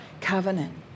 Covenant